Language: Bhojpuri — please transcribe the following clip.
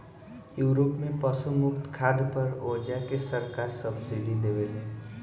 यूरोप में पशु मुक्त खाद पर ओजा के सरकार सब्सिडी देवेले